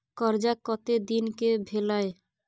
कर्जा कत्ते दिन के भेलै?